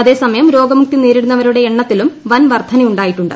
അതേസമയം രോഗമുക്തി നേരിടുന്നവരുടെ എണ്ണത്തിലും വൻ വർധനയുണ്ടാ യിട്ടുണ്ട്